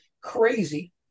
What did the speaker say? crazy